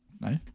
No